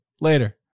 later